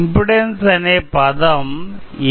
impedance అనే పదం ఎ